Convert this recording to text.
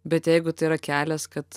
bet jeigu tai yra kelias kad